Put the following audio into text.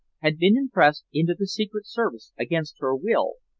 had been impressed into the secret service against her will,